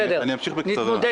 בסדר, נתמודד.